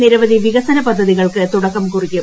ഇരു നിരവധി വികസന പദ്ധതികൾക്ക് തുടക്കം കുറിക്കും